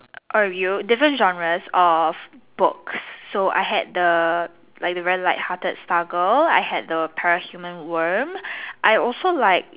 or review different genres of books so I had the like the very light hearted star girl I had the parahuman worm I also like